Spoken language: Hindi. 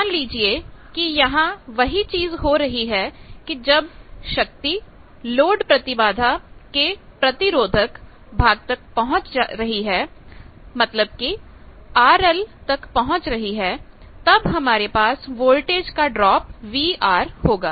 मान लीजिए कि यहां वही चीज हो रही है कि जब शक्ति लोड प्रतिबाधा के प्रतिरोधक भाग तक तक पहुंच रही है मतलब की RL तक पहुंच रही है तब हमारे पास वोल्टेज का ड्रॉप VR होगा